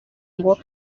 ngo